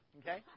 okay